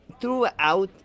throughout